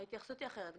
ההתייחסות אחרת.